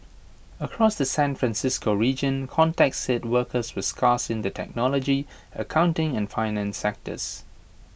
across the San Francisco region contacts said workers were scarce in the technology accounting and finance sectors